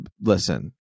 listen